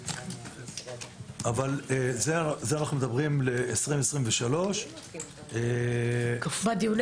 אבל זה אנחנו מדברים על 2023. בדיוני